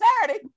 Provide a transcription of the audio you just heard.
Saturday